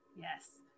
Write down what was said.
Yes